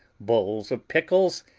bowls of pickles,